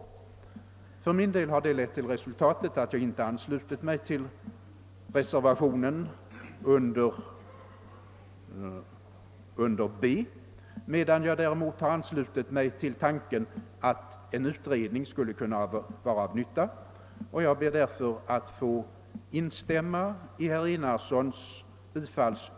Jag har för min del kommit till det resultatet, att jag inte kan ansluta mig till yrkandet om bifall till reservationen beträffande utskottets hemställan under B, medan jag däremot delar uppfattningen att en utredning i denna fråga bör vara till nytta. Jag ber därför att få instämma i herr Enarssons